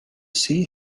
see